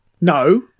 No